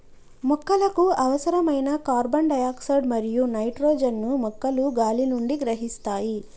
మొక్కలకు అవసరమైన carbon dioxide మరియు నైట్రోజన్ ను మొక్కలు గాలి నుండి గ్రహిస్తాయి